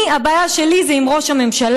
אני, הבעיה שלי זה עם ראש הממשלה,